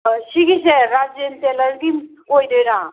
ꯁꯤꯒꯤꯁꯦ ꯔꯥꯖꯦꯟ ꯇꯦꯂꯔꯒꯤ ꯑꯣꯏꯗꯣꯏꯔꯥ